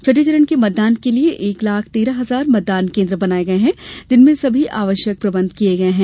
छठे चरण के मतदान के लिए एक लाख तेरह हजार मतदान केंद्र बनाए गए हैं जिनमें सभी आवश्यक प्रबंध किए गए हैं